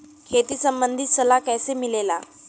खेती संबंधित सलाह कैसे मिलेला?